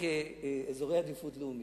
חוק אזורי עדיפות לאומית,